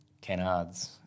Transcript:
Kennard's